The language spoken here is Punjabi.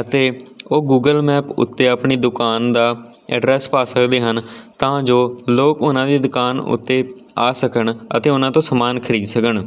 ਅਤੇ ਉਹ ਗੂਗਲ ਮੈਪ ਉੱਤੇ ਆਪਣੀ ਦੁਕਾਨ ਦਾ ਐਡਰੈੱਸ ਪਾ ਸਕਦੇ ਹਨ ਤਾਂ ਜੋ ਲੋਕ ਉਹਨਾਂ ਦੀ ਦੁਕਾਨ ਉੱਤੇ ਆ ਸਕਣ ਅਤੇ ਉਹਨਾਂ ਤੋਂ ਸਮਾਨ ਖਰੀਦ ਸਕਣ